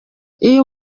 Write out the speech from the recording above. uyu